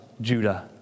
Judah